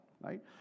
right